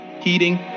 heating